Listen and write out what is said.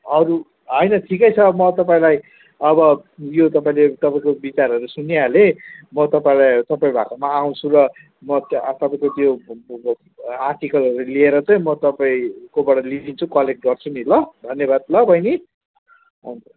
अरू होइन ठिकै छ म तपाईँलाई अब यो तपाईँले तपाईँको विचारहरू सुनिहालेँ म तपाईँलाई तपाईँ भएकोमा आउँछु र म तपाईँको त्यो आर्टिकलहरू लिएर चाहिँ म तपाईँकोबाट लिदिन्छु कलेक्ट गर्छु नि ल धन्यवाद ल बहिनी हुन्छ